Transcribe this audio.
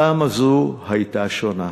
הפעם הזאת הייתה שונה: